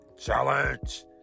Challenge